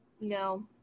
No